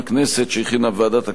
שהכינה ועדת הכנסת.